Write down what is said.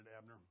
Abner